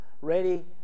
ready